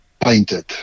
painted